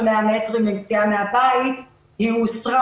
של 100 מטרים ליציאה מהבית הוסרה,